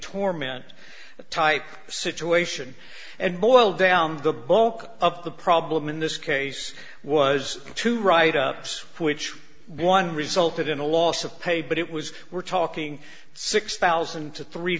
torment type situation and boiled down the bulk of the problem in this case was to write ups which one resulted in a loss of pay but it was we're talking six thousand to three